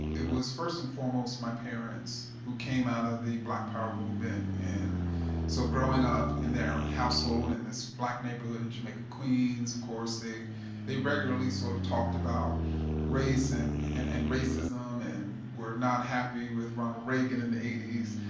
it was first and foremost my parents who came out of the black power movement. so growing up in their household, in this black neighborhood in jamaica queens, of course, they they regularly sort of talked about race and and and racism and, we're not happy with ronald reagan. in the eighty s,